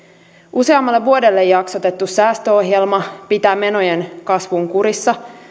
useammalle vuodelle jaksotettu säästöohjelma pitää menojen kasvun kurissa